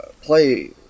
play